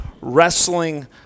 wrestling